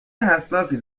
حساسی